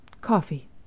Coffee